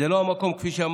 זה לא המקום, כפי שאמרתי.